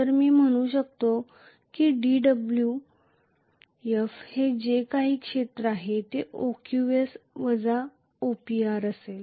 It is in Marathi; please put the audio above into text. तर मी म्हणू शकतो की dWf हे जे काही क्षेत्र आहे ते OQS वजा OPR असेल